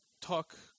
talk